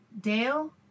Dale